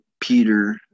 Peter